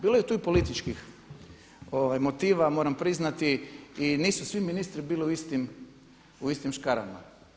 Bilo je tu i političkih motiva moram priznati i nisu svi ministri bili u istim škarama.